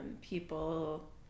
People